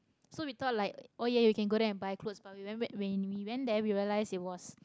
so we thought like oh ya we can go there and buy clothes but we went ba~ when we went there we realise there was